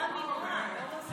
בקושי